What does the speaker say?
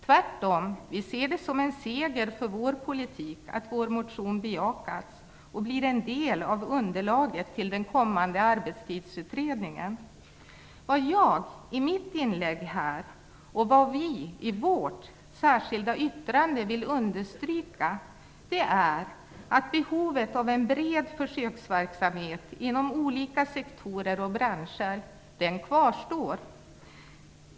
Tvärtom ser vi det som en seger för vår politik att vår motion bejakas och blir en del av underlaget för den kommande arbetstidsutredningen. Vad jag i mitt inlägg här och vad vi vänsterpartister i vårt särskilda yttrande vill understryka är att behovet av en bred försöksverksamhet inom olika sektorer och branscher kvarstår.